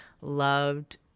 loved